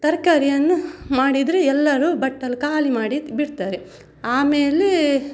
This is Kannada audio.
ತರಕಾರಿಯನ್ನು ಮಾಡಿದರೆ ಎಲ್ಲರು ಬಟ್ಟಲು ಖಾಲಿ ಮಾಡಿ ಬಿಡ್ತಾರೆ ಆಮೇಲೆ